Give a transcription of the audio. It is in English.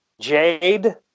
Jade